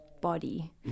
body